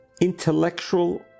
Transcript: intellectual